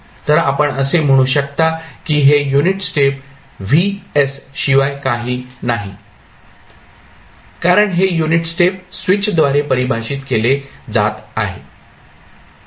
तर आपण असे म्हणू शकता की हे युनिट स्टेप Vs शिवाय काही नाही कारण हे युनिट स्टेप स्विचद्वारे परिभाषित केले जात आहे